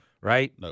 Right